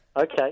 Okay